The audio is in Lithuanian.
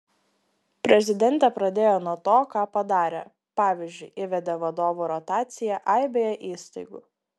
prezidentė pradėjo nuo to ką padarė pavyzdžiui įvedė vadovų rotaciją aibėje įstaigų